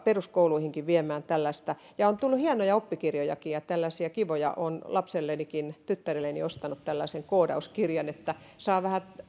peruskouluihinkin viemään tällaista on tullut hienoja oppikirjojakin ja tällaisia kivoja olen lapsellenikin tyttärelleni ostanut tällaisen koodauskirjan että saa vähän